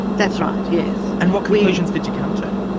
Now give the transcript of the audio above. that's right, yes. and what conclusions did you come to?